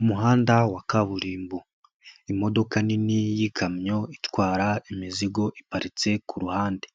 Umuhanda wa kaburimbo. Imodoka nini y'ikamyo itwara imizigo iparitse ku ruhande.